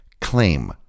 claim